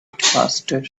faster